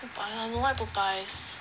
Popeye I don't like Popeyes